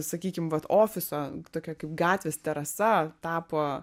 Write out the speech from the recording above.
sakykim vat ofiso tokia kaip gatvės terasa tapo